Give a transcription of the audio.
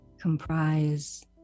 comprise